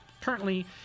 Currently